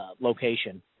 location